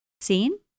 seen